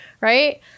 right